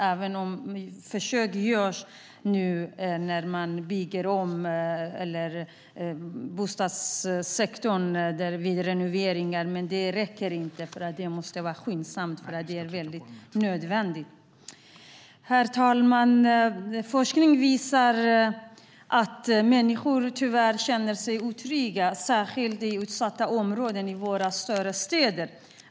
Ändå görs försök nu vid renoveringar i bostadssektorn, men det räcker inte utan måste göras skyndsamt då det är väldigt nödvändigt. Herr talman! Forskning visar att människor tyvärr känner sig otrygga, särskilt i utsatta områden i våra större städer.